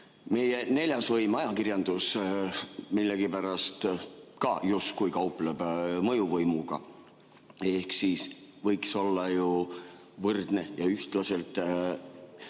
Meie neljas võim, ajakirjandus, millegipärast ka justkui kaupleb mõjuvõimuga. Ta võiks olla võrdselt ja ühtlaselt